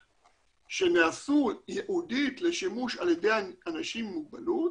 שנעשו ייעודית לשימוש על ידי אנשים עם מוגבלות